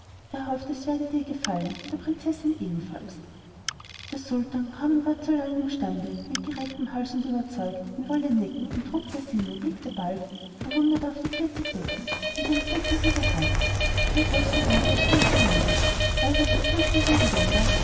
er hofft es werde dir gefallen und der prinzessin ebenfalls der sultan kaum ein wort zu lallen imstande mit gerecktem hals und überzeugt ihn wolle necken ein trug der sinne blickte bald verwundert auf die vierzig becken mit ihrem funkelnden gehalt von größrem wert als ganze länder bald auf die fürstlichen gewänder